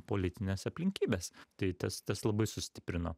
politinės aplinkybės tai tas tas labai sustiprino